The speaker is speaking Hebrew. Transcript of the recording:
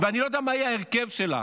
ואני לא יודע מה יהיה ההרכב שלה,